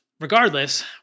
regardless